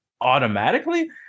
automatically